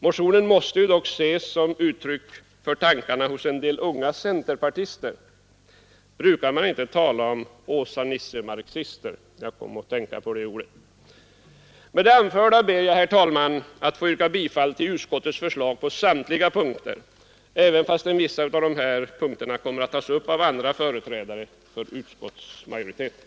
Motionen måste ses som ett uttryck för tankarna hos en del unga centerpartister. Brukar man inte tala om Åsanissemarxister? — Jag kom att tänka på det ordet. Med det anförda ber jag, herr talman, att få yrka bifall till utskottets hemställan på samtliga punkter, trots att vissa av punkterna kommer att tas upp av andra företrädare för utskottsmajoriteten.